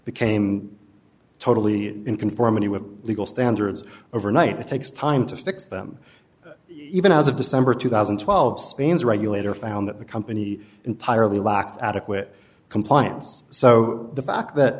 became totally in conformity with legal standards overnight it takes time to fix them even as of december two thousand and twelve spain's regulator found that the company entirely lacked adequate compliance so the fact that